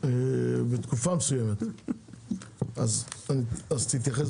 אני אגיד לך למה -- אז שיורידו